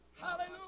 Hallelujah